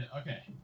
okay